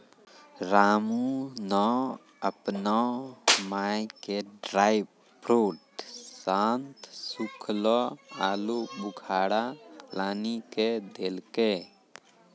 रामू नॅ आपनो माय के ड्रायफ्रूट साथं सूखलो आलूबुखारा लानी क देलकै